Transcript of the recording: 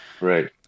Right